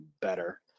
better